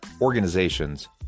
organizations